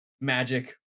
magic